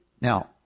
Now